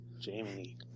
Jamie